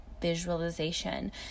visualization